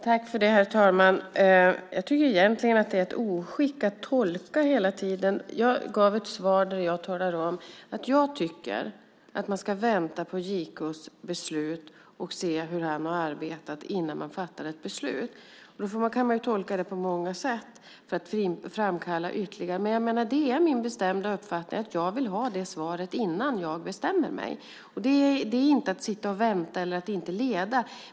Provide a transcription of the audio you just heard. Herr talman! Jag tycker egentligen att det är ett oskick att tolka hela tiden. Jag gav ett svar där jag talade om att jag tycker att man ska vänta på JK:s beslut och se hur han har arbetat innan man fattar ett beslut. Man kan tolka det på många sätt för att framkalla ytterligare synpunkter. Men det är min bestämda uppfattning att jag vill ha det svaret innan jag bestämmer mig. Det är inte samma sak som att sitta och vänta eller att inte leda.